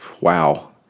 Wow